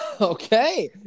Okay